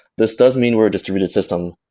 this doesn't mean we're a distributed system,